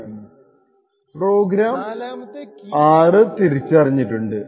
4 മത്തെ കീ 64 ആണ് പ്രോഗ്രാം 6 തിരിച്ചറിഞ്ഞിട്ടുണ്ട്